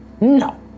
No